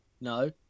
No